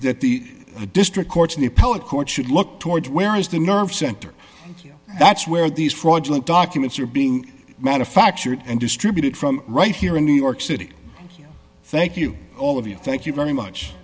supreme that the district courts in the appellate courts should look towards where is the nerve center that's where these fraudulent documents are being manufactured and distributed from right here in new york city thank you all of you thank you very much